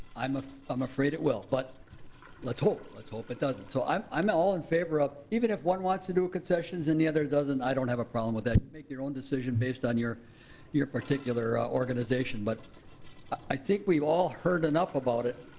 i'm ah i'm afraid it will, but let's hope, let's hope it doesn't. so i'm i'm ah all in favor of, even if one wants to do concessions and the other doesn't, i don't have a problem with that. make your own decision based on your your particular organization. but i think we've all heard enough about it.